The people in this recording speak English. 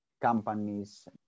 companies